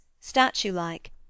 statue-like